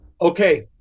Okay